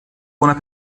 buona